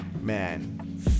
man